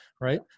right